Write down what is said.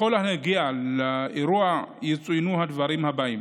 בכל הנוגע לאירוע יצוינו הדברים הבאים: